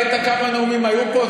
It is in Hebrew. ראית כמה נאומים היו פה?